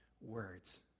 words